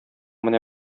менә